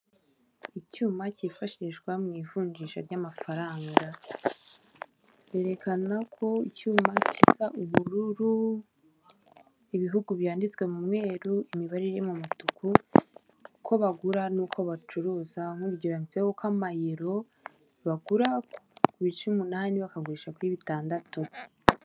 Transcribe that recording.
Icyuma cyifashishwa mu ivunjisha ry'amafaranga, berekana ko icyuma gisa ubururu, ibihugu byanditswe mu mweru, imibare iri mu mutuku, uko bagura nk'uko bacuruza nk'urugero handitseho ko amayero bagura ku bice umunani bakagurisha kuri bitandatu.